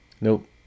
nope